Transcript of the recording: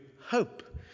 hope